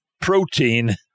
protein